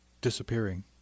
disappearing